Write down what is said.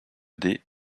des